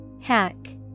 Hack